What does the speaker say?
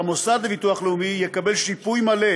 אלא המוסד לביטוח לאומי יקבל שיפוי מלא